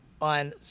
on